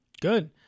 Good